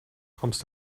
kommst